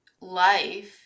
life